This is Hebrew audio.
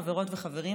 חברות וחברים,